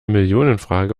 millionenfrage